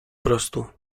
prostu